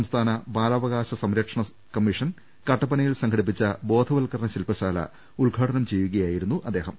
സംസ്ഥാന ബാലാവകാശ സ്യർക്ഷണ കമ്മീ ഷൻ കട്ടപ്പനയിൽ സംഘടിപ്പിച്ച ബോധവൽക്ക്രണ ശിൽപശാല ഉദ്ഘാടനം ചെയ്യുകയായിരുന്നു അദ്ദേഹം